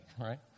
right